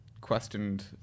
questioned